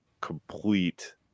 complete